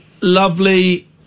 lovely